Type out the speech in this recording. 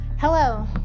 Hello